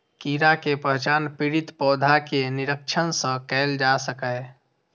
कीड़ा के पहचान पीड़ित पौधा के निरीक्षण सं कैल जा सकैए